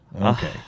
Okay